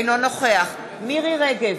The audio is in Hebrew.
אינו נוכח מירי רגב,